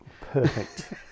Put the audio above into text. perfect